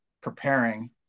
preparing